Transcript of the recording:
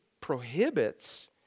prohibits